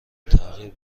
تغییر